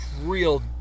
real